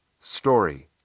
story